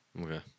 Okay